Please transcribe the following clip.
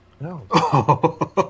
No